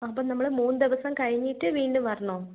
അപ്പം നമ്മൾ മൂന്നുദിവസം കഴിഞ്ഞിട്ട് വീണ്ടും വരണോ